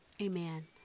Amen